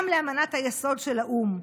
גם לאמנת היסוד של האו"ם.